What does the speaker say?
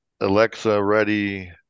Alexa-ready